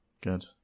good